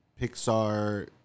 Pixar